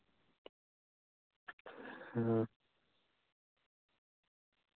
ᱦᱮᱸ